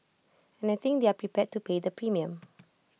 and I think they're prepared to pay the premium